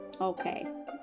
Okay